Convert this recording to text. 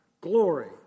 glory